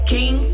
King